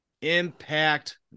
impact